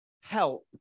help